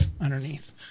underneath